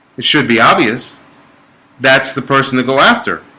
it should be obvious that's the person to go after